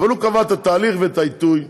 אבל הוא קבע את התהליך ואת העיתוי.